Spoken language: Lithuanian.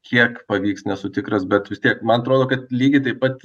kiek pavyks nesu tikras bet vis tiek man atrodo kad lygiai taip pat